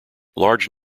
large